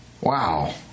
wow